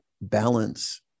balance